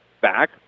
back